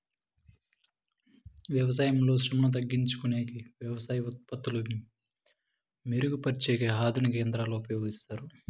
వ్యవసాయంలో శ్రమను తగ్గించుకొనేకి వ్యవసాయ ఉత్పత్తులు మెరుగు పరిచేకి ఆధునిక యంత్రాలను ఉపయోగిస్తారు